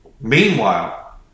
meanwhile